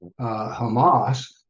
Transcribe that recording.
Hamas